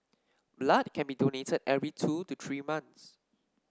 blood can be donated every two to three months